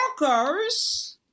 workers